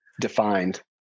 defined